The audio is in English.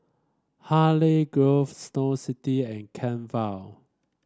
Hartley Grove Snow City and Kent Vale